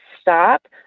stop